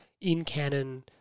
in-canon